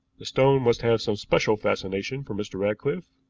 the stone must have some special fascination for mr. ratcliffe,